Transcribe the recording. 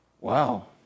Wow